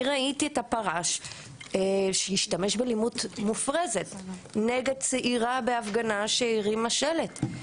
אני ראיתי את הפרש משתמש באלימות מופרזת נגד צעירה בהפגנה שהרימה שלט,